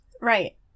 right